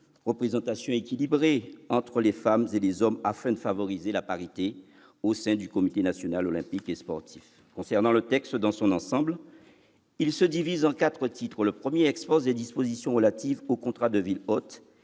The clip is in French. représentation équilibrée entre les femmes et les hommes afin de favoriser la parité au sein du Comité national olympique et sportif. Concernant le texte dans son ensemble, il se divise en quatre titres. Le titre I expose les dispositions relatives aux contrats de ville hôte.